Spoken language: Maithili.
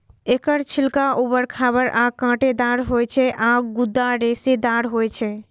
एकर छिलका उबर खाबड़ आ कांटेदार होइ छै आ गूदा रेशेदार होइ छै